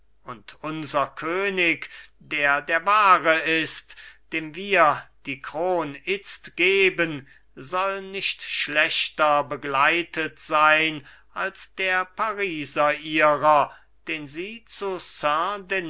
und unser könig der der wahre ist dem wir die kron itzt geben soll nicht schlechter begleitet sein als der pariser ihrer den sie zu